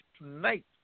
tonight